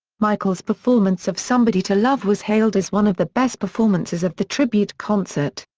michael's performance of somebody to love was hailed as one of the best performances of the tribute concert.